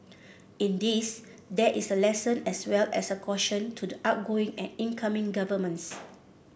in this there is a lesson as well as a caution to the outgoing and incoming governments